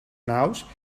naus